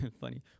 funny